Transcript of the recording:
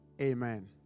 Amen